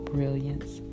Brilliance